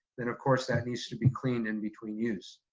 then of course that needs to be cleaned in between use.